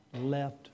left